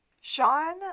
Sean